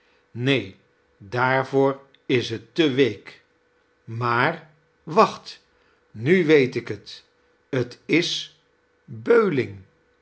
neen daarvoor is t te week maar wacht nu weet ik het t is